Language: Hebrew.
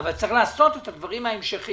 אבל צריך לעשות את הדברים ההמשכיים